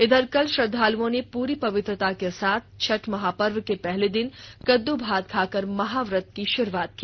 इधर कल श्रद्वालुओं ने पूरी पवित्रता के साथ छठ महापर्व के पहले दिन कद्दू भात खाकर महाव्रत की शुरुआत की